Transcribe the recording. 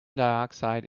dioxide